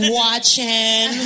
watching